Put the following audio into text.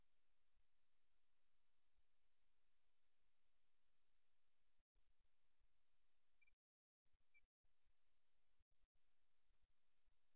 இது ஒரு குழு நிலையில் தேர்வுசெய்யப்பட்டால் எங்கள் முன்னணி பாதத்தை மிகவும் சுவாரஸ்யமான நபர் அல்லது குழுவில் மிகவும் கவர்ச்சிகரமான நபரை நோக்கி சுட்டிக்காட்டுகிறோம்